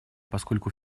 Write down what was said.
поскольку